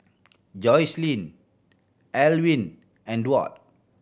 Joslyn Elwyn and Duard